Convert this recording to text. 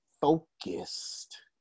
focused